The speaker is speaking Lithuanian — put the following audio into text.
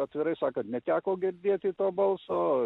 atvirai sakant neteko girdėti to balso